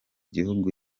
gihugu